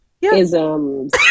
isms